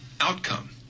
outcome